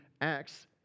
Acts